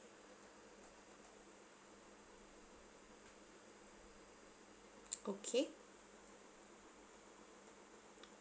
okay